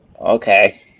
Okay